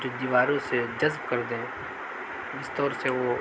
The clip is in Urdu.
جو دیواروں سے جذب کر دیں جس طور سے وہ